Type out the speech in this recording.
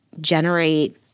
generate